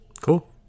Cool